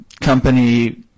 company